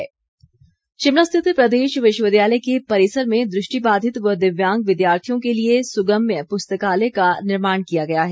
पुस्तकालय शिमला स्थित प्रदेश विश्वविद्यालय के परिसर में दृष्टिबाधित व दिव्यांग विद्यार्थियों के लिए सुगम्य पुस्तकालय का निर्माण किया गया है